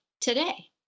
today